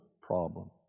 problem